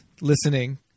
listening